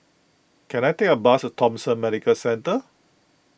can I take a bus to Thomson Medical Centre